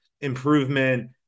improvement